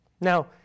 Now